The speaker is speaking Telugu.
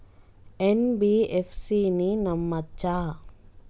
ఎన్.బి.ఎఫ్.సి ని నమ్మచ్చా?